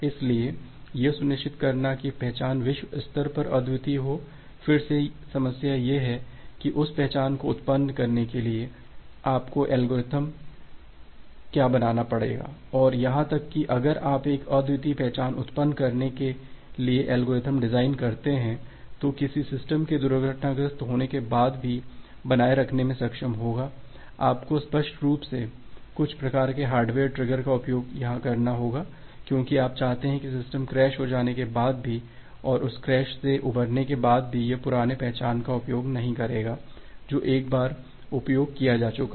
इसलिए यह सुनिश्चित करना कि पहचान विश्व स्तर पर अद्वितीय है फिर से समस्या यह है कि उस पहचान को उत्पन्न करने के लिए आपका एल्गोरिथ्म क्या होगा और यहां तक कि अगर आप एक अद्वितीय पहचान उत्पन्न करने के लिए एक एल्गोरिथ्म डिज़ाइन करते हैं जो किसी सिस्टम के दुर्घटनाग्रस्त होने के बाद भी बनाए रखने में सक्षम होगा आपको स्पष्ट रूप से कुछ प्रकार के हार्डवेयर ट्रिगर का उपयोग यहां करना है क्योंकि आप चाहते हैं कि सिस्टम क्रैश हो जाने के बाद भी और उस क्रैश से उबरने के बाद यह पुराने पहचान का उपयोग नहीं करेगा जो एक बार उपयोग किया चूका है